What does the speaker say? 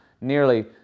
nearly